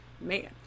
man